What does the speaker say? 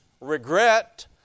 regret